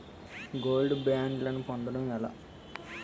Gold బ్యాండ్లను పొందటం ఎలా?